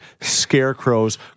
Scarecrows